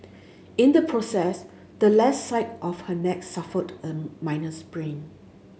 in the process the left side of her neck suffered a minor sprain